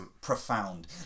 profound